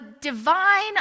divine